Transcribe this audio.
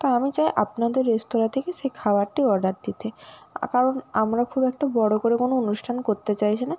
তো আমি চাই আপনাদের রেস্তোরাঁ থেকে সেই খাওয়ারটি অর্ডার দিতে কারণ আমরা খুব একটা বড়ো করে কোনো অনুষ্ঠান করতে চাইছি না